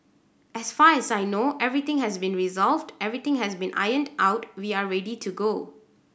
as far as I know everything has been resolved everything has been ironed out we are ready to go